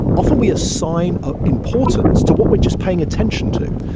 often we assign a importance to what we're just paying attention to.